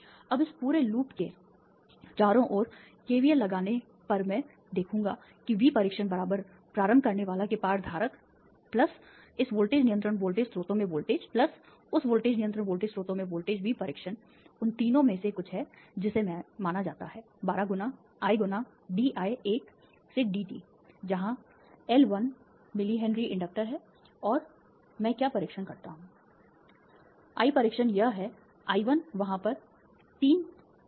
अब इस पूरे लूप के चारों ओर KVL लगाने पर मैं देखूंगा कि V परीक्षण प्रारंभ करनेवाला के पार धारक इस वोल्टेज नियंत्रण वोल्टेज स्रोतों में वोल्टेज उस वोल्टेज नियंत्रण वोल्टेज स्रोतों में वोल्टेज V परीक्षण उन 3 में से कुछ है जिसे माना जाता है 12 गुना l गुना dI 1 से dt जहाँ L 1 मिली हेनरी इंडक्टर्स है और मैं क्या परीक्षण करता हूँ I परीक्षण यह है I 1 वहाँ पर 3 I 1